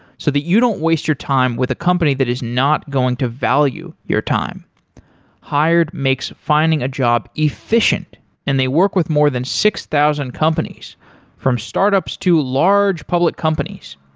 so that you don't waste your time with a company that is not going to value your time hired makes finding a job efficient and they work with more than six thousand companies from startups to large public companies.